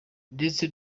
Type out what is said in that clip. ndetse